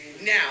Now